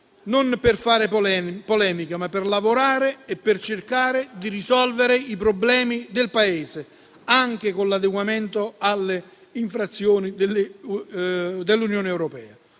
non per fare polemica, ma per lavorare e cercare di risolvere i problemi del Paese, anche con l'adeguamento alle infrazioni dell'Unione europea.